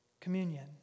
communion